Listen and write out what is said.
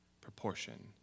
proportion